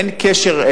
אין קשר,